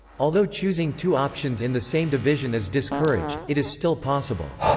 although choosing two options in the same division is discouraged, it is still possible.